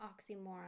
oxymoron